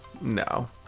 no